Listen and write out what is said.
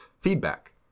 Feedback